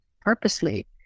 purposely